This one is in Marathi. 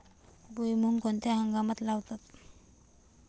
भुईमूग कोणत्या हंगामात लावतात?